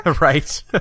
Right